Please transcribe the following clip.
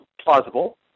plausible